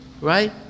Right